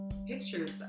pictures